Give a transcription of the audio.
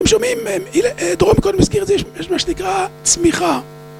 אתם שומעים, דורון קודם הזכיר את זה, יש מה שנקרא צמיחה